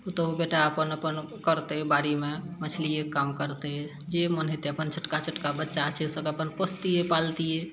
पुतहुँ बेटा अपन अपन करतय बाड़ीमे मछलिये कऽ काम करतय जे मोन हेतय अपन छोटका छोटका बच्चा छै से अपन पोसतियै पालतियै